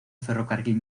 ferrocarril